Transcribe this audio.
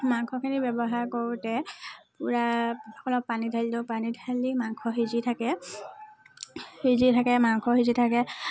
মাংসখিনি ব্যৱহাৰ কৰোঁতে পূৰা পানী ঢালি দিওঁ পানী ঢালি মাংস সিজি থাকে সিজি থাকে মাংস সিজি থাকে